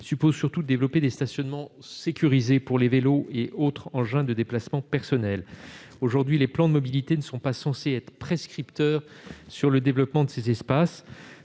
suppose surtout de développer des stationnements sécurisés pour les vélos et autres engins de déplacement personnel. Aujourd'hui, les plans de mobilité ne sont pas censés être prescripteurs sur le développement de ces espaces.